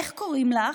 איך קוראים לך: